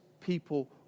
people